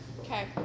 okay